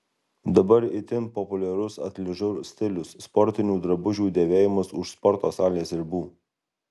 dabar itin populiarus atližur stilius sportinių drabužių dėvėjimas už sporto salės ribų